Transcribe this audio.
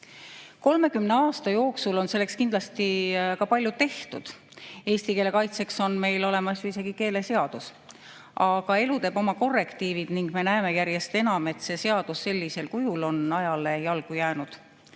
aasta jooksul on selleks kindlasti ka palju tehtud. Eesti keele kaitseks on meil olemas ju isegi keeleseadus. Aga elu teeb oma korrektiivid ning me näeme järjest enam, et see seadus sellisel kujul on ajale jalgu jäänud.